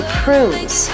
prunes